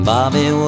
Bobby